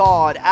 God